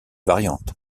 variantes